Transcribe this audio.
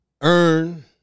Earn